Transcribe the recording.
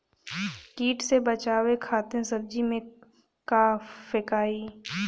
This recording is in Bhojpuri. कीट से बचावे खातिन सब्जी में का फेकाई?